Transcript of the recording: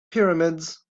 pyramids